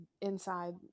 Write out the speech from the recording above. inside